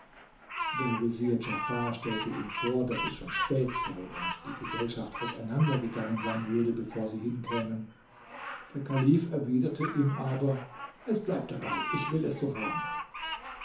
der vezier djafar stellte ihm vor daß es schon spät sei und die gesellschaft auseinander gegangen sein würde bevor sie hinkämen der kalif erwiderte ihm aber es bleibt dabei ich will es so haben